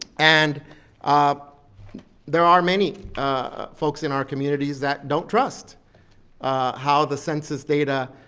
and um there are many folks in our communities that don't trust how the census data,